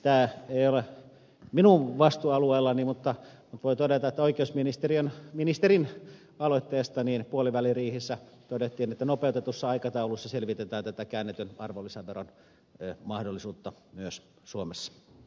tämä ei ole minun vastuualueellani mutta voin todeta että oikeusministerin aloitteesta puoliväliriihessä todettiin että nopeutetussa aikataulussa selvitetään käännetyn arvonlisäveron mahdollisuutta myös suomessa